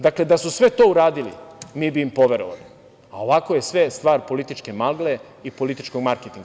Dakle, da su sve to uradili mi bi im poverovali, a ovako je sve stvar političke magle i političkog marketinga.